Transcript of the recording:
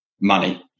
money